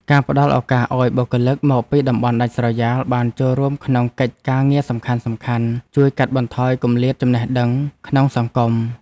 ការផ្តល់ឱកាសឱ្យបុគ្គលិកមកពីតំបន់ដាច់ស្រយាលបានចូលរួមក្នុងកិច្ចការងារសំខាន់ៗ ជួយកាត់បន្ថយគម្លាតចំណេះដឹងក្នុងសង្គម។